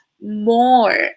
more